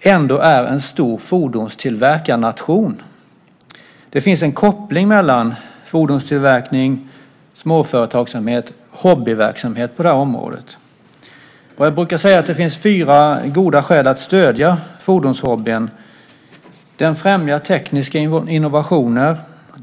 ändå är en stor fordonstillverkarnation. Det finns en koppling mellan fordonstillverkning, småföretagsamhet och hobbyverksamhet på det här området. Jag brukar säga att det finns fyra goda skäl att stödja fordonshobbyn. 1. Den främjar tekniska innovationer. 2.